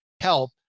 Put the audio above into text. help